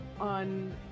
on